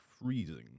freezing